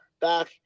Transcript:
back